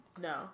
no